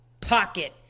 pocket